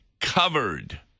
covered